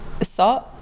Salt